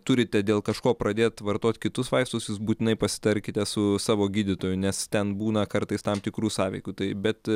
turite dėl kažko pradėt vartot kitus vaistus jūs būtinai pasitarkite su savo gydytoju nes ten būna kartais tam tikrų sąveikų taip bet